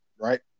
right